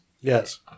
Yes